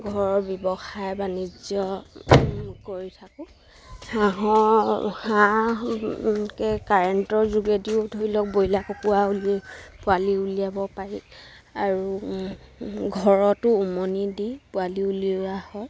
ঘৰৰ ব্যৱসায় বাণিজ্য কৰি থাকোঁ হাঁহৰ হাঁহকে কাৰেণ্টৰ যোগেদিও ধৰি লওক ব্ৰইলাৰ কুকুৰা উলি পোৱালি উলিয়াব পাৰি আৰু ঘৰতো উমনি দি পোৱালি উলিওৱা হয়